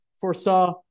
foresaw